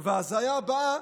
וההזיה הבאה,